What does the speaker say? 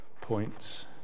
points